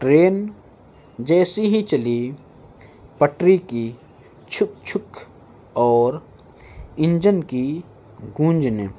train جیسی ہی چلی پٹری کی چھک چھک اور انجن کی گونج نے